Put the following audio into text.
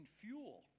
fuel